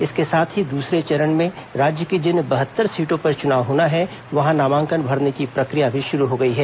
इसके साथ ही दूसरे चरण में राज्य की जिन बहत्तर सीटों पर चुनाव होना है वहां नामांकन भरने की प्रक्रिया भी शुरू हो गई है